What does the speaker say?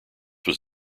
was